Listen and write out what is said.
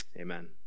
Amen